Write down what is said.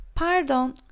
Pardon